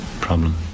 problem